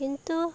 କିନ୍ତୁ